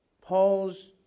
Paul's